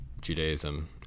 Judaism